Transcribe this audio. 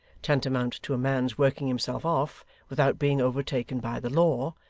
tantamount to a man's working himself off without being overtaken by the law,